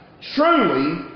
Truly